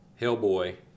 Hellboy